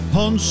on